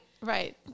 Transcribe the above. Right